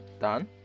Done